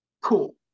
cool